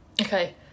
Okay